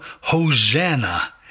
hosanna